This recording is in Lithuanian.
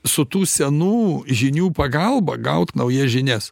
su tų senų žinių pagalba gaut naujas žinias